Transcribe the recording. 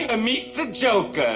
and meet the joke